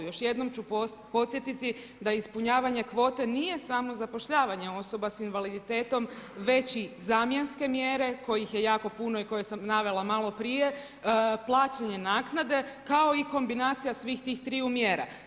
Još jednom ću podsjetiti da ispunjavanje kvote nije samo zapošljavanje osoba s invaliditetom, već i zamjenske mjere kojih je jako puno i koje sam navela maloprije, plaćanje naknade, kao i kombinacija svih tih triju mjere.